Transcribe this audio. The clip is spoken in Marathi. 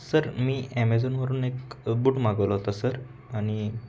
सर मी ॲमेझॉनवरून एक बूट मागवला होता सर आणि